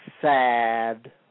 sad